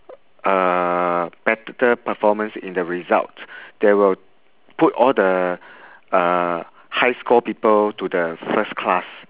uh better performance in the result they will put all the uh high score people to the first class